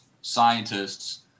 scientists